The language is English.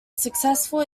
successful